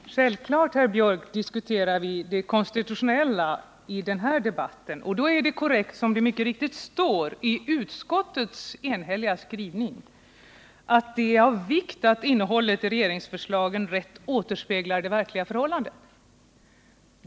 Herr talman! Självklart, herr Björck, diskuterar vi det konstitutionella i den här debatten, och då är det korrekt, som det mycket riktigt står i utskottets enhälliga skrivning, att det är av vikt att innehållet i regeringsförslag rätt återspeglar de verkliga förhållandena.